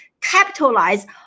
capitalize